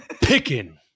Picking